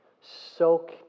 soak